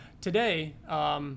today